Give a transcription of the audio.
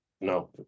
no